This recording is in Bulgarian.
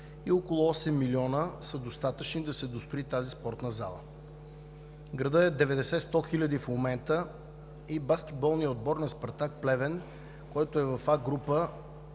около 8 милиона са достатъчни да се дострои тази спортна зала. Градът е 90 – 100 хиляди в момента. Баскетболният отбор на Спартак – Плевен, който е в А група,